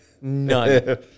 None